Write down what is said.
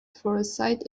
foresight